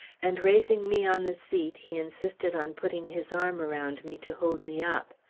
and raising me on the seat, he insisted on putting his arm around me to hold me up.